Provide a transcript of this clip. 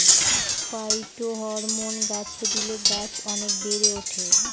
phytohormone গাছে দিলে গাছ অনেক বেড়ে ওঠে